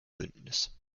bündnis